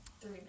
three